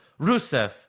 Rusev